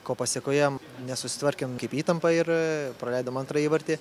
ko pasekoje nesusitvarkėm kaip įtampa ir praleidom antrą įvartį